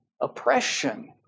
oppression